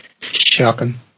Shocking